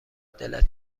دلت